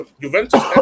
Juventus